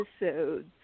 episodes